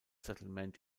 settlement